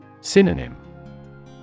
Synonym